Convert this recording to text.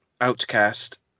Outcast